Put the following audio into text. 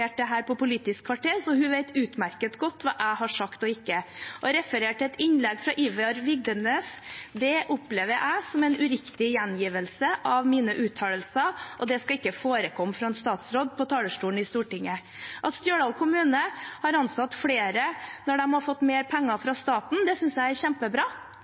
Politisk kvarter, så hun vet utmerket godt hva jeg har sagt og ikke sagt. Å referere til et innlegg fra Ivar Vigdenes opplever jeg som en uriktig gjengivelse av mine uttalelser, og det skal ikke forekomme fra en statsråd på talerstolen i Stortinget. At Stjørdal kommune har ansatt flere når de har fått mer penger fra staten, synes jeg er kjempebra.